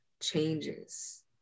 changes